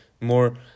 more